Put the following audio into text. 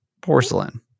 porcelain